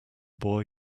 boy